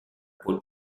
pole